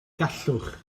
gallwch